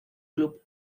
club